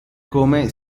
come